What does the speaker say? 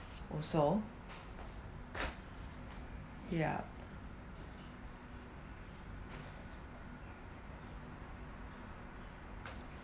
also ya